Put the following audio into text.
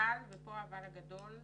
אבל, ופה האבל הגדול,